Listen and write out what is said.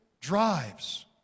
drives